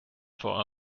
for